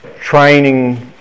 training